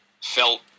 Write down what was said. felt